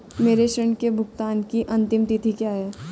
मेरे ऋण के भुगतान की अंतिम तिथि क्या है?